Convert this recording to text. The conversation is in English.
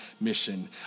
mission